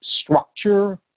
structure